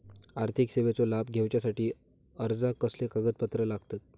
आर्थिक सेवेचो लाभ घेवच्यासाठी अर्जाक कसले कागदपत्र लागतत?